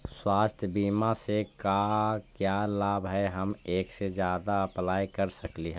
स्वास्थ्य बीमा से का क्या लाभ है हम एक से जादा अप्लाई कर सकली ही?